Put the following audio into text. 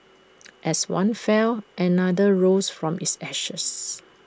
as one fell another rose from its ashes